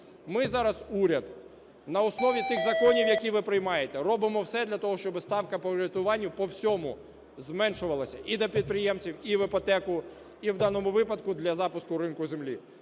Ми зараз, уряд, на основі тих законів, які ви приймаєте, робимо все для того, щоб ставка по кредитуванню по всьому зменшувалась і для підприємців, і в іпотеку, і в даному випадку для запуску ринку землі.